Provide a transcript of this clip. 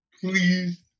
please